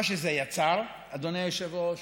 מה שזה יצר, אדוני היושב-ראש,